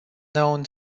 known